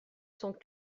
cent